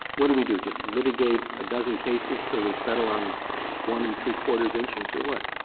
what do we do? just litigate a dozen cases till we settle on one and three quarters inches, or what?